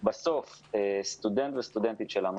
בסוף סטודנט וסטודנטית שלנו,